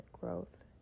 growth